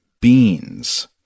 beans